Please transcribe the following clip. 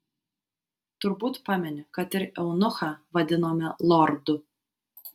turbūt pameni kad ir eunuchą vadinome lordu